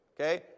okay